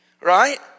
Right